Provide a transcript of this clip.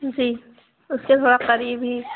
جی اس سے بہت قریب ہی